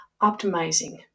optimizing